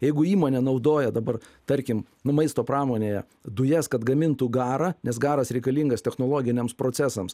jeigu įmonė naudoja dabar tarkim nu maisto pramonėje dujas kad gamintų garą nes garas reikalingas technologiniams procesams